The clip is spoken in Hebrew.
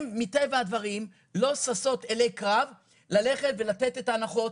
הם מטבע הדברים לא ששות אלי קרב ללכת ולתת את ההנחות.